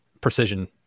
precision